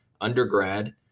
undergrad